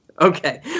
Okay